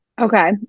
okay